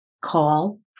Call